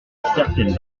certaines